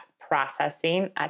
processing